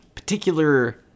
particular